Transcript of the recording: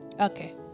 Okay